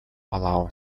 палау